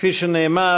כפי שנאמר,